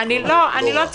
אני לא צועקת.